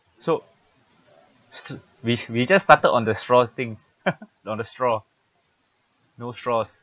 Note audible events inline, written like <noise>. so st~ we we just started on the straw things <laughs> not a straw no straws